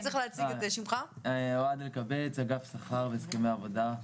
וצריך לנסח את זה משפטית להסכם קיבוצי,